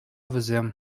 вӗсем